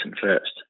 first